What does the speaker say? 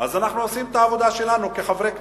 אז אנחנו עושים את העבודה שלנו כחברי כנסת,